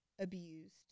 abused